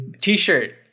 T-shirt